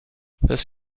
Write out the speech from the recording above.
this